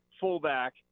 fullback